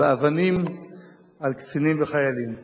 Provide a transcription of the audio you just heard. באבנים על קצינים וחיילים.